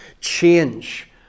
change